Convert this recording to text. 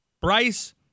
Bryce